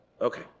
Okay